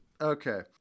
Okay